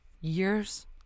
Years